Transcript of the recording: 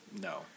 No